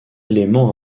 élément